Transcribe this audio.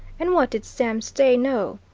and what did sam stay know?